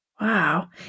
Wow